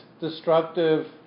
destructive